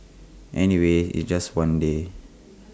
anyway it's just one day